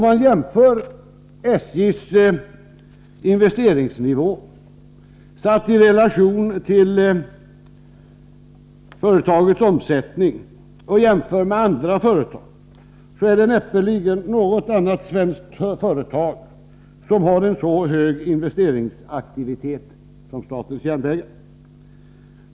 SJ:s investeringsnivå, satt i relation till företagets omsättning, är så hög att det näppeligen finns något annat svenskt företag vars investeringsaktivitet kan mäta sig med statens järnvägars.